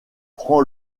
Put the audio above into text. prend